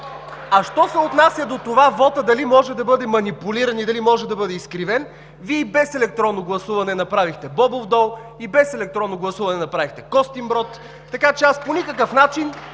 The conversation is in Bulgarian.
Що се отнася до това дали вотът може да бъде манипулиран и дали може да бъде изкривен, Вие и без електронно гласуване направихте „Бобов дол”, и без електронно гласуване направихте „Костинброд”. Така че по никакъв начин